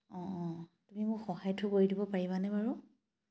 অঁ অঁ তুমি মোক সহায়টো কৰি দিব পাৰিবানে বাৰু